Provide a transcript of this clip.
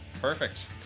perfect